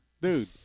Dude